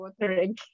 watering